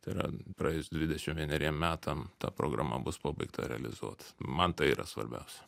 tai yra praėjus dvidešim vieneriem metam ta programa bus pabaigta realizuot man tai yra svarbiausia